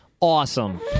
awesome